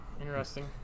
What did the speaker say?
Interesting